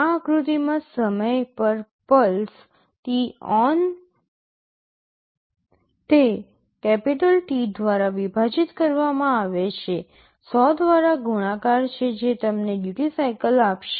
આ આકૃતિમાં સમય પર પલ્સ t on તે કેપિટલ T દ્વારા વિભાજિત કરવામાં આવે છે ૧૦૦ દ્વારા ગુણાકાર છે જે તમને ડ્યૂટિ સાઇકલ આપશે